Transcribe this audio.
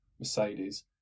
Mercedes